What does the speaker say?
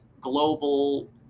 global